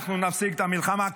אנחנו נפסיק את המלחמה?